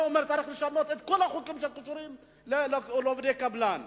זה אומר שצריך לשנות את כל החוקים שקשורים לעובדי הקבלן.